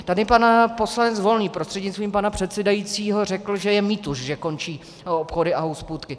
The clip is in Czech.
Tady pan poslanec Volný prostřednictvím pana předsedajícího řekl, že je mýtus, že končí obchody a hospůdky.